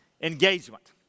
engagement